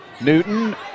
Newton